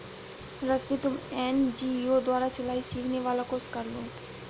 रश्मि तुम एन.जी.ओ द्वारा सिलाई सिखाने वाला कोर्स कर लो